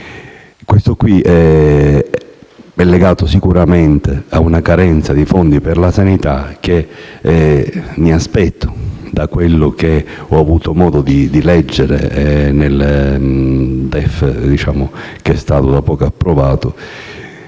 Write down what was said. Questo aspetto è legato sicuramente a una carenza di fondi per la sanità che, da quello che ho avuto modo di leggere nel DEF, che è stato da poco approvato,